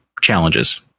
challenges